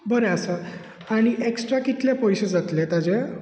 बरें आसा आनी एकस्ट्रा कितलें पयशे जातले ताजे